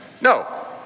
No